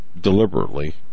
deliberately